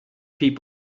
people